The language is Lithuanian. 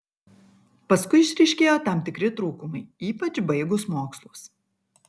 paskui išryškėjo tam tikri trūkumai ypač baigus mokslus